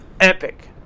Epic